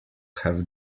have